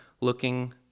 looking